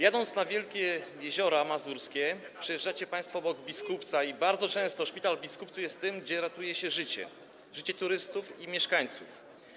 Jadąc nad wielkie jeziora mazurskie, przejeżdżacie państwo obok Biskupca i bardzo często szpital w Biskupcu jest tym, gdzie ratuje się życie, życie turystów i mieszkańców.